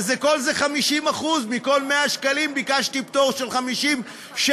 וכל זה 50%. מכל 100 שקלים ביקשתי פטור של 50 שקל,